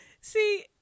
see